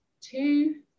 two